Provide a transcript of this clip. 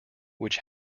which